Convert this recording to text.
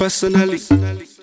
Personally